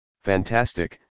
fantastic